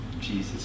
Jesus